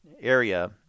area